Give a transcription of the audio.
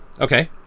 Okay